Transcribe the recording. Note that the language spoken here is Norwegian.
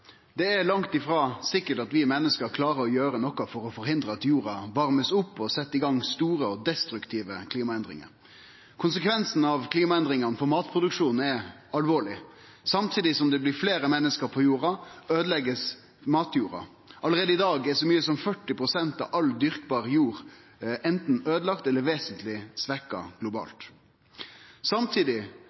Det er langt frå sikkert at vi menneske klarer å gjere noko for å forhindre at jorda blir varma opp, og at det blir sett i gang store og destruktive klimaendringar. Konsekvensen av klimaendringane er alvorleg for matproduksjonen. Samtidig som det blir fleire menneske på jorda, blir matjorda øydelagd. Allereie i dag er så mykje som 40 pst. av all dyrkbar jord globalt anten øydelagd eller vesentleg svekt. Samtidig